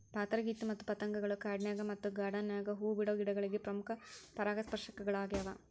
ಪಾತರಗಿತ್ತಿ ಮತ್ತ ಪತಂಗಗಳು ಕಾಡಿನ್ಯಾಗ ಮತ್ತ ಗಾರ್ಡಾನ್ ನ್ಯಾಗ ಹೂ ಬಿಡೋ ಗಿಡಗಳಿಗೆ ಪ್ರಮುಖ ಪರಾಗಸ್ಪರ್ಶಕಗಳ್ಯಾವ